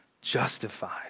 justified